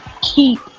keep